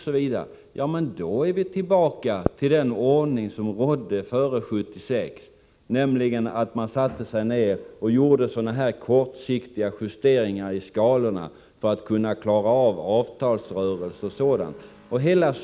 Ja, men då är vi tillbaka till den ordning som rådde före 1976, nämligen att man satte sig ned och gjorde kortsiktiga justeringar i skatteskalorna för att kunna klara avtalsrörelsen och annat.